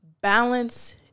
balance